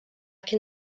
can